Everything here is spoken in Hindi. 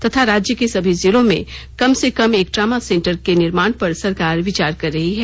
तथा राज्य के सभी जिलों में कम से कम एक ट्रामा सेंटर के निर्माण पर सरकार विचार कर रही है